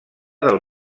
del